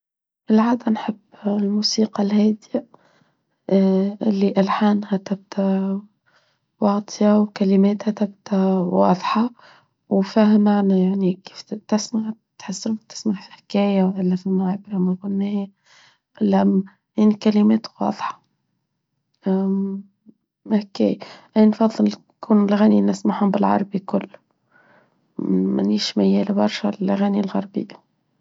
العادة نحب الموسيقى الهادئة اللي ألحانها تبدو واطيه وكلماتها تبدو واضحة وفاهم معنا يعني كيف تسمع تحس روحك تسمع في حكاية وإلا فما عبرة ما تقولناها إلا إن كلماته واضحة أين فضلكم الغنية نسمعهم بالعربي كل من يشميها لبرشة للغنية الغربية.